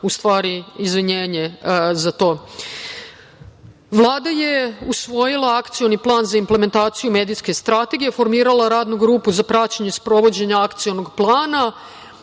u stvari, izvinjenje za to. Vlada je usvojila Akcioni plan za implementaciju medijske strategije, formirala Radnu grupu za praćenje sprovođenja Akcionog plana.